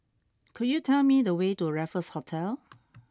could you tell me the way to Raffles Hotel